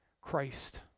Christ